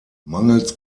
mangels